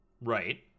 Right